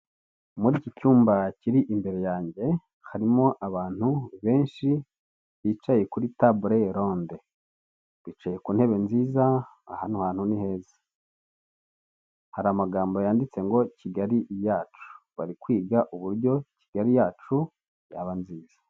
Muri iki cyumba kiri imbere yange harirmo abantu benshi bicaye kuri tabure ronde, bicaye ku ntebe nziza. Hano hantu ni heza hari amagambo yanditse ngo Kigali yacu, bari kwiga uburyo Kigali yacu yaba nziza.